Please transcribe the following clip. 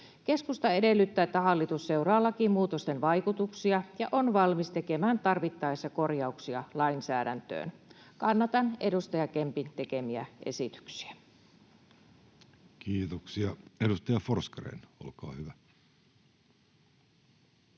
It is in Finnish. Keskusta edellyttää, että hallitus seuraa lakimuutosten vaikutuksia ja on valmis tekemään tarvittaessa korjauksia lainsäädäntöön. Kannatan edustaja Kempin tekemiä esityksiä. [Speech 514] Speaker: Jussi